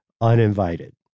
uninvited